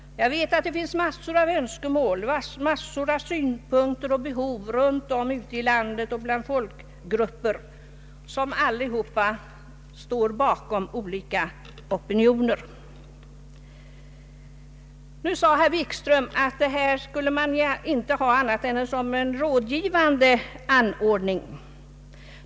Jag vet att det finns en mängd önskemål, synpunkter och behov runt om i landet bland folkgrupper. Bakom alla står olika opinioner. Herr Wikström sade att detta forum skulle arbeta som ett rådgivande organ.